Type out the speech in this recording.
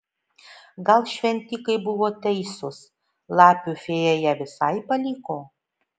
gal šventikai buvo teisūs lapių fėja ją visai paliko